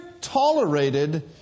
tolerated